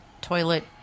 toilet